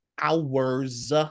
hours